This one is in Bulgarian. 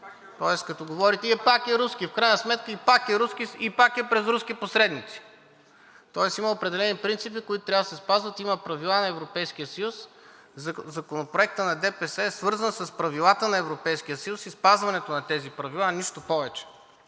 Пак е руски. ДЕЛЯН ДОБРЕВ: В край сметка и пак е руски, и пак е през руски посредници. Тоест има определени принципи, които трябва да се спазват. Има правила на Европейския съюз. Законопроектът на ДПС е свързан с правилата на Европейския съюз и спазването на тези правила – нищо повече,